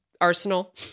arsenal